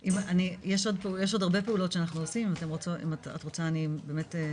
יש עוד הרבה פעולות שאנחנו עושים ואם את רוצה אני באמת אפרט.